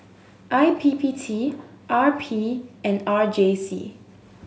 I P P T R P and R J C